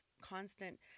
constant